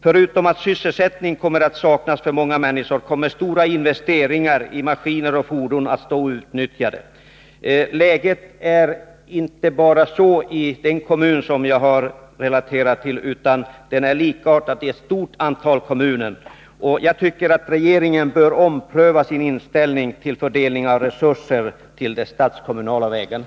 Förutom att sysselsättning kommer att saknas för många människor kommer stora investeringar i maskiner och fordon att bli outnyttjade. Detta är läget inte bara i den kommun som jag har berört, utan situationen är likartad i ett stort antal kommuner. Jag tycker att regeringen bör ompröva sin inställning när det gäller fördelning av resurser till de statskommunala vägarna.